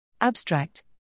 Abstract